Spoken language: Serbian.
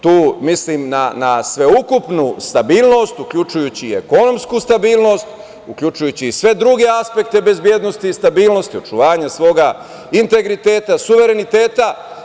Tu mislim na sveukupnu stabilnost, uključujući i ekonomsku stabilnost, uključujući i sve druge aspekte bezbednosti i stabilnosti, očuvanje svog integriteta, suvereniteta.